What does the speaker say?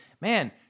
Man